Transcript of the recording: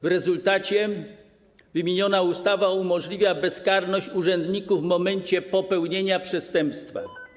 W rezultacie wymieniona ustawa umożliwia bezkarność urzędników w momencie popełnienia przestępstwa.